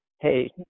Hey